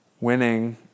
Winning